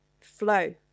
flow